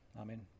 Amen